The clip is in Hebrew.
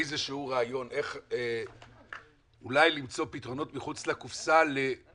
יש איזה שהוא רעיון איך אולי למצוא פתרונות מחוץ לקופסה לענפים,